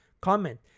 Comment